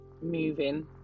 moving